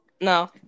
no